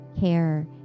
care